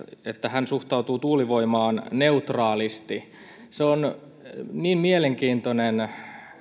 että hän suhtautuu tuulivoimaan neutraalisti suomessa on niin mielenkiintoinen